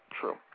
True